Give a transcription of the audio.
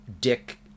Dick